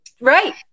Right